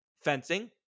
fencing